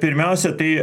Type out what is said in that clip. pirmiausia tai